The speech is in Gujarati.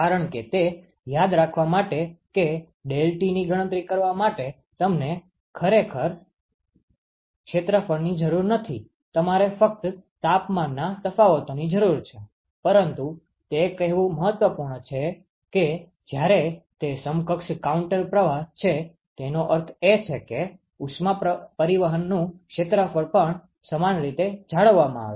કારણ કે તે યાદ રાખવા માટે કે ∆Tની ગણતરી કરવા માટે તમને ખરેખર ક્ષેત્રફળની જરૂર નથી તમારે ફક્ત તાપમાનના તફાવતોની જરૂર હોય છે પરંતુ તે કહેવું મહત્વપૂર્ણ છે કે જ્યારે તે સમકક્ષ કાઉન્ટર પ્રવાહ છે તેનો અર્થ એ છે કે ઉષ્મા પરિવહનનું ક્ષેત્રફળ પણ સમાન રીતે જાળવવામાં આવે છે